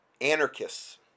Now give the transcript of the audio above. anarchists